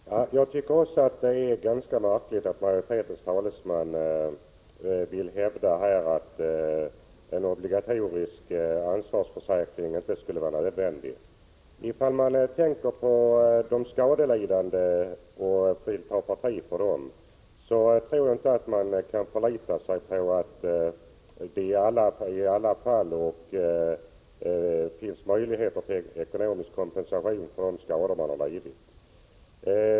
Herr talman! Jag tycker också det är ganska märkligt att majoritetens talesman vill hävda att en obligatorisk ansvarsförsäkring inte skulle vara nödvändig. Den som tänker på de skadelidande och tar parti för dem tror jag inte kan förlita sig på att de ändå kommer att ha möjlighet till ekonomisk kompensation för de skador de lidit.